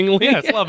Yes